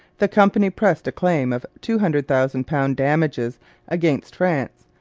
the company pressed a claim of two hundred thousand pounds damages against france,